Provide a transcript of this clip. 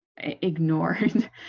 ignored